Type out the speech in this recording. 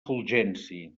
fulgenci